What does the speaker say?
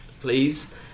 please